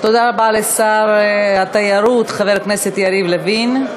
תודה רבה לשר התיירות חבר הכנסת יריב לוין.